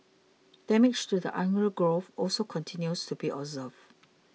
damage to the undergrowth also continues to be observed